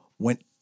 went